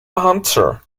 answer